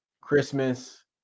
Christmas